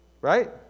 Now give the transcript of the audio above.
Right